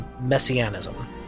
messianism